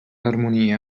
harmonia